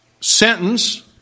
sentence